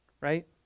right